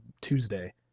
Tuesday